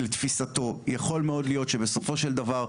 כי לתפיסתו יכול מאוד להיות שבסופו של דבר,